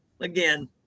again